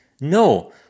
No